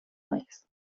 reichs